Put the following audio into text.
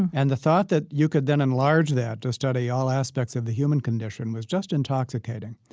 and the thought that you could then enlarge that to study all aspects of the human condition was just intoxicating.